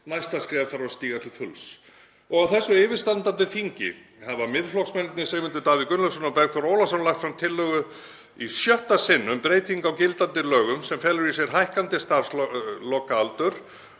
Næsta skref þarf að stíga til fulls. Á yfirstandandi þingi hafa Miðflokksmennirnir Sigmundur Davíð Gunnlaugsson og Bergþór Ólason lagt fram tillögu í sjötta sinn um breytingu á gildandi lögum sem felur í sér hækkandi starfslokaaldur